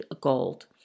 gold